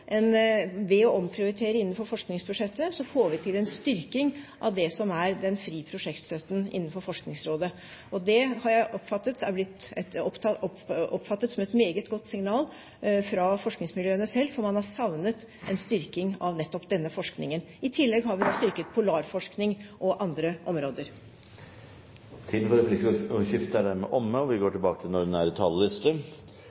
en styrking av det som er den Fri prosjektstøtte innenfor Forskningsrådet. Det opplever jeg er blitt oppfattet som et meget godt signal i forskningsmiljøene selv fordi man har savnet en styrking av nettopp denne forskningen. I tillegg har vi styrket polarforskning og andre områder. Replikkordskiftet er omme. Dette er et utdanningsbudsjett som går